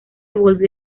volvió